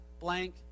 blank